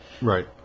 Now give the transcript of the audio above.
Right